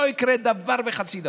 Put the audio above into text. לא יקרה דבר וחצי דבר.